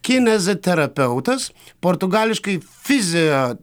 kineziterapeutas portugališkai fizeo